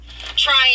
trying